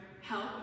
help